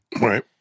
Right